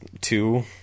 Two